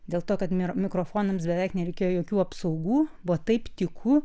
dėl to kad ir mi mikrofonams beveik nereikėjo jokių apsaugų buvo taip tyku